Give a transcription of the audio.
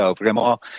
vraiment